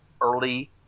early